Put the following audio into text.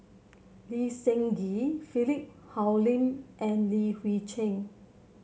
Lee Seng Gee Philip Hoalim and Li Hui Cheng